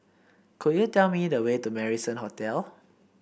could you tell me the way to Marrison Hotel